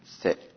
sit